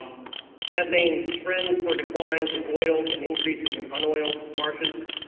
methane trends for declines in oiled and increases in unoiled marshes.